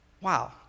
Wow